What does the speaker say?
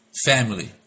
family